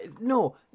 No